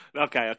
okay